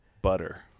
butter